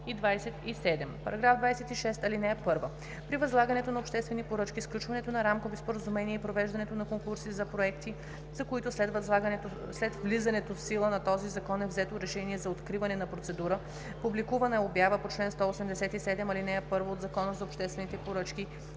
параграфи 26 и 27: „§ 26. (1) При възлагането на обществени поръчки, сключването на рамкови споразумения и провеждането на конкурси за проекти, за които след влизането в сила на този закон е взето решение за откриване на процедура, публикувана е обява по чл. 187, ал. 1 от Закона за обществените поръчки